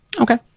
Okay